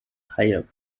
haie